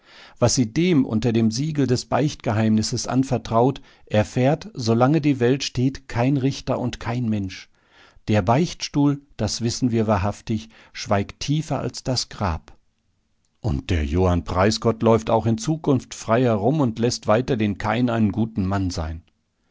was sie dem unter dem siegel des beichtgeheimnisses anvertraut erfährt solange die welt steht kein richter und kein mensch der beichtstuhl das wissen wir wahrhaftig schweigt tiefer als das grab und der johann preisgott läuft auch in zukunft frei herum und läßt weiter den kain einen guten mann sein